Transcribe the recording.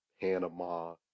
Panama